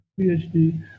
phd